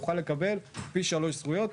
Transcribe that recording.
יוכל לקבל פי שלוש זכויות,